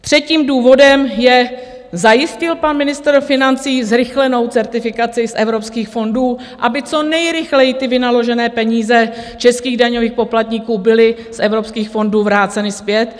Třetím důvodem je: Zajistil pan ministr financí zrychlenou certifikaci z evropských fondů, aby co nejrychleji ty vynaložené peníze českých daňových poplatníků byly z evropských fondů vráceny zpět?